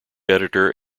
editor